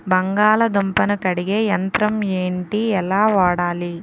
బంగాళదుంప ను కడిగే యంత్రం ఏంటి? ఎలా వాడాలి?